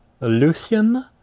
Lucian